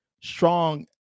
strong